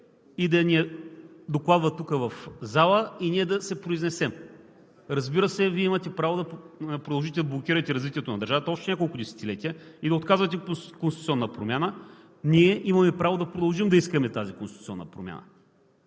и да ни я докладва тук, в залата, и ние да се произнесем. Разбира се, Вие имате право да продължите да блокирате развитието на държавата още няколко десетилетия и да отказвате конституционна промяна. Ние имаме право да продължим да искаме тази конституционна промяна.